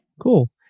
cool